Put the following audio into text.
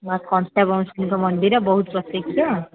ମା କଣ୍ଟାବୈଷ୍ଣିଙ୍କ ମନ୍ଦିର ବହୁତ ପ୍ରତ୍ୟକ୍ଷ